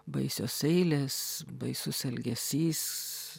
baisios eilės baisus elgesys